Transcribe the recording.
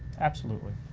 absolutely,